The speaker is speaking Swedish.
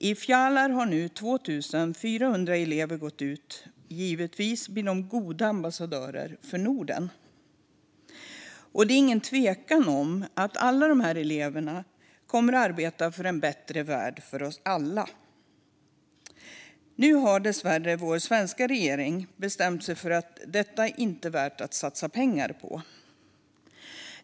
I Fjaler har nu 2 400 elever gått ut, och givetvis blir de goda ambassadörer för Norden. Det är ingen tvekan om att alla dessa elever kommer att arbeta för en bättre värld för oss alla. Nu har dessvärre vår svenska regering bestämt att detta inte är värt att satsa pengar på.